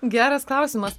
geras klausimas